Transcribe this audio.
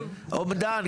אומדן?